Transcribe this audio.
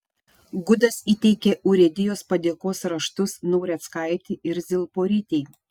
gudas įteikė urėdijos padėkos raštus naureckaitei ir zilporytei